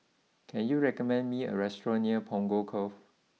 can you recommend me a restaurant near Punggol Cove